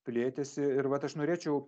plėtėsi ir vat aš norėčiau